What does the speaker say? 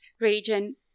region